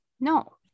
No